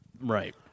Right